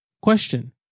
Question